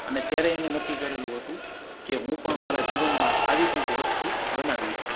અને ત્યારે એને નક્કી કરેલું હતું કે હું પણ મારા જીવનમાં આવી કંઈક વસ્તુ બનાવીશ